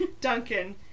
Duncan